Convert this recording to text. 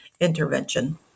intervention